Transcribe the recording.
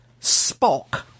spock